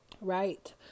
right